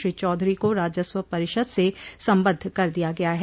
श्री चौधरी को राजस्व परिषद से सम्बद्ध कर दिया गया है